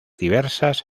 diversas